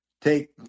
take